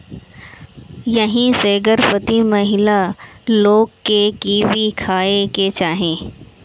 एही से गर्भवती महिला लोग के कीवी खाए के चाही